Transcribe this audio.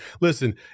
Listen